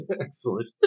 Excellent